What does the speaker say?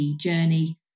journey